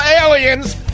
aliens